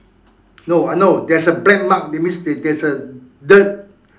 no I know there's a black mark that means there's a dirt